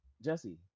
Jesse